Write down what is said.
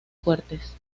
fuertes